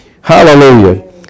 Hallelujah